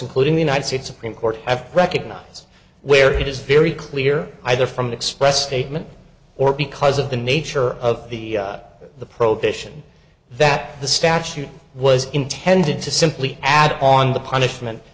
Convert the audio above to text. including the united states supreme court have recognized where it is very clear either from express statement or because of the nature of the the prohibition that the statute was intended to simply add on the